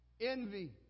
envy